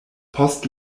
post